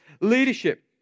leadership